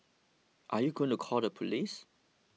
are you going to call the police